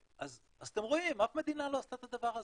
אז אתם רואים, אף מדינה לא עשתה את הדבר הזה.